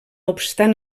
obstant